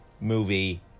movie